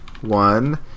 one